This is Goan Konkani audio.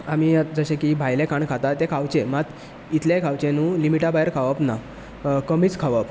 आमी आतां जशें की भायलें खाण खातात तें खावचें मात इतलें खावचें न्हू लिमिटा भायर खावप ना कमीच खावप